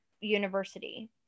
university